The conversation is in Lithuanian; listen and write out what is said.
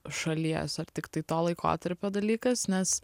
šalies ar tiktai to laikotarpio dalykas nes